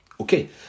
okay